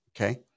Okay